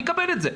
נקבל את זה,